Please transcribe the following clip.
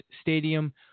Stadium